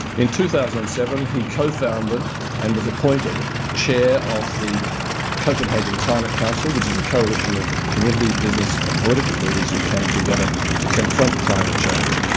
in two thousand and seven he cofounded and was appointed chair of the copenhagen climate council, which is a coalition of community, business and political leaders who came together to confront climate change.